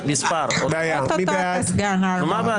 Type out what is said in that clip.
מי נגד?